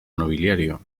nobiliario